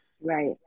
Right